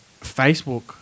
Facebook